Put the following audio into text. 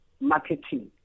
marketing